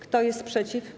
Kto jest przeciw?